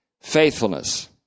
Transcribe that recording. faithfulness